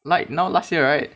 like now last year right